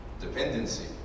dependency